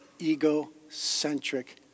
egocentric